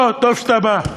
או, טוב שאתה בא.